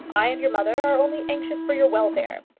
i and your mother are only anxious for your welfare.